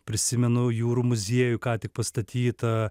prisimenu jūrų muziejų ką tik pastatytą